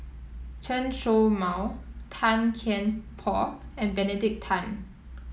Chen Show Mao Tan Kian Por and Benedict Tan